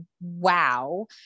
wow